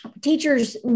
teachers